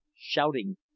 shouting